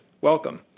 welcome